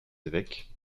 évêques